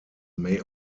may